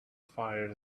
fires